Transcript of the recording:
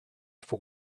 for